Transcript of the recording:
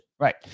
Right